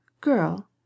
girl